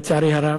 לצערי הרב,